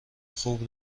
خود